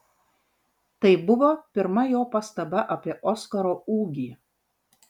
tai buvo pirma jo pastaba apie oskaro ūgį